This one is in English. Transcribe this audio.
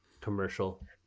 Commercial